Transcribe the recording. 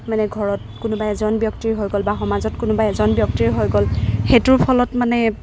মানে ঘৰত কোনোবা এজন ব্যক্তিৰ হৈ গ'ল বা সমাজত কোনোবা এজন ব্যক্তিৰ হৈ গ'ল সেইটোৰ ফলত মানে